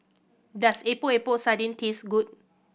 does Epok Epok Sardin taste good